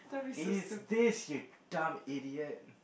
it's this you dumb idiot